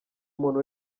umuntu